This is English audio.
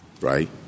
right